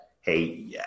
hey